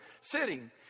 sitting